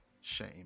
Shame